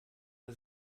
der